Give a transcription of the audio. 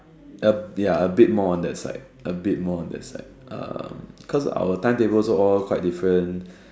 a ya a bit more on that side a bit more on that side um because our time table also all quite different